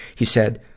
he said,